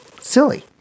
silly